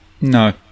No